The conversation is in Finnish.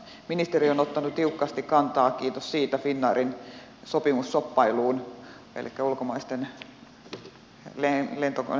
ministeri on ottanut tiukasti kantaa kiitos siitä finnairin sopimusshoppailuun elikkä ulkomaisen lentokonehenkilöstön käyttöön